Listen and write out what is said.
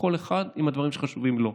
כל אחד עם הדברים שחשובים לו.